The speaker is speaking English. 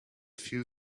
few